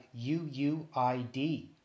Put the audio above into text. UUID